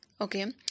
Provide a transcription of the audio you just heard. Okay